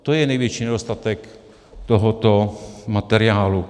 To je největší nedostatek tohoto materiálu.